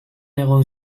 egon